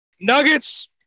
Nuggets